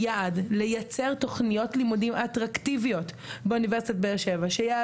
היעד: לייצר באוניברסיטת באר שבע תוכניות לימודים